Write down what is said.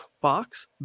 Fox